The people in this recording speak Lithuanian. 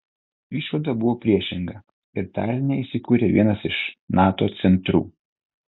išvada buvo priešinga ir taline įsikūrė vienas iš nato centrų